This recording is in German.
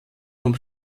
vom